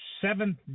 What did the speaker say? seventh